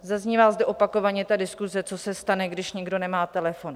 Zaznívá zde opakovaně diskuse, co se stane, když někdo nemá telefon.